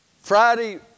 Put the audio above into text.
Friday